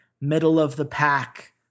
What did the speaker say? middle-of-the-pack